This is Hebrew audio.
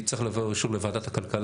זה צריך לבוא שוב לוועדת הכלכלה.